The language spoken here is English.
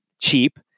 cheap